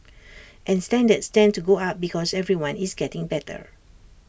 and standards tend to go up because everyone is getting better